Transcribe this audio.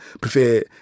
prefer